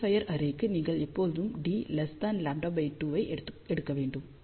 endfire அரேக்கு நீங்கள் எப்போதும் d λ 2 ஐ எடுக்க வேண்டும்